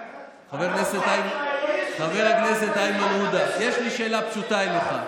חבר הכנסת איימן עודה, יש לי שאלה פשוטה אליך: